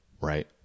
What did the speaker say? Right